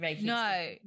no